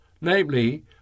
namely